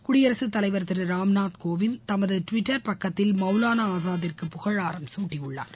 குடியரகத் தலைவா் திரு ராம்நாத் கோவிந்த் தமது டுவிட்டா் பக்கத்தில் மௌலானா ஆசாத்துக்கு புகழாரம் சூட்டியுள்ளார்